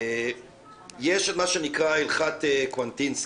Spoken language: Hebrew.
יש מה שנקרא הלכת קוונטינסקי,